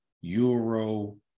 Euro